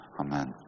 Amen